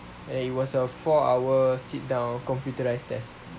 and it was a four hour sit down computerised test